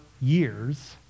years